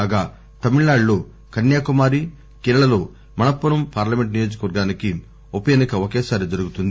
కాగా తమిళనాడులో కన్యాకుమారి కేరళ లో మళపురం పార్లమెంటు నియోజకవర్గానికి ఉప ఎన్నిక ఒకే సారి జరుగుతుంది